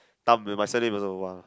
Tam with my surname also !wah!